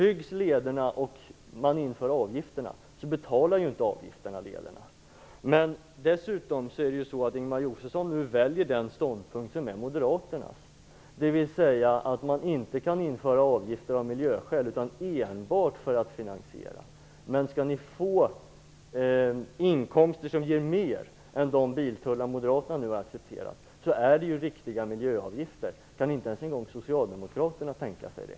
Om lederna byggs och man inför avgifterna, betalar ju inte avgifterna lederna. Dessutom väljer Ingemar Josefsson nu den ståndpunkt som är Moderaternas, dvs. att man inte kan införa avgifter av miljöskäl utan enbart för finansieringen. Skall ni få inkomster som ger mer än de biltullar Moderaterna nu har accepterat, så blir det ju fråga om riktiga miljöavgifter. Kan inte ens en gång Socialdemokraterna tänka sig det?